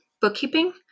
bookkeeping